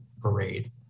parade